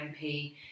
MP